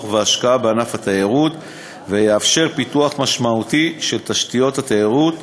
והשקעות בענף התיירות ויאפשר פיתוח משמעותי של תשתיות התיירות,